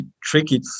tricky